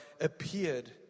appeared